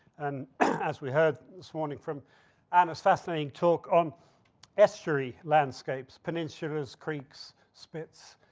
and as we heard this morning from anna's fascinating talk on estuary landscapes, peninsulas, creeks, spits,